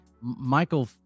Michael